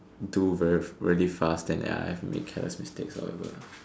do very fast then ya I've made careless mistakes so it will